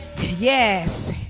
Yes